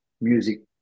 music